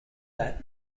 that